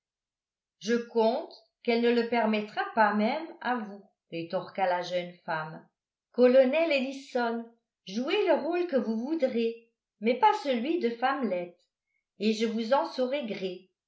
je compte qu'elle ne le permettra pas même à vous rétorqua la jeune femme colonel ellison jouez le rôle que vous voudrez mais pas celui de femmelette et je vous en saurai gré